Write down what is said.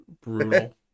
Brutal